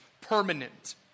permanent